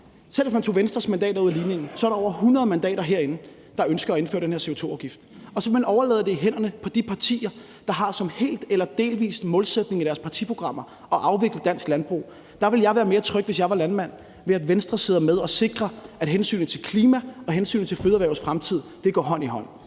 selv om man tog Venstres mandater ud af ligningen, er der over 100 mandater herinde, der ønsker at indføre den her CO2-afgift, og så vil Danmarksdemokraterne overlade det i hænderne på de partier, der har som hel eller delvis målsætning i deres partiprogrammer at afvikle dansk landbrug. Der ville jeg være mere tryg, hvis jeg var landmand, ved at Venstre sidder med og sikrer, at hensynet til klima og hensynet til fødeerhvervets fremtid går hånd i hånd.